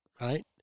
right